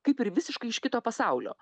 kaip ir visiškai iš kito pasaulio